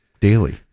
Daily